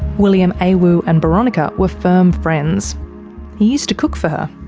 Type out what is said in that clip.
william awu and boronika were firm friends he used to cook for her.